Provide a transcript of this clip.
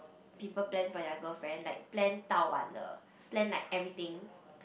people plan for their girlfriend like plan 到完了 plan like everything